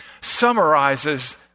summarizes